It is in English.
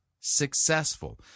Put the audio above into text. successful